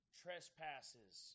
trespasses